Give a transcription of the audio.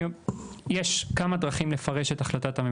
יש כמה דרכים לפרש את החלטת הממשלה.